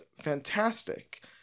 fantastic